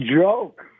joke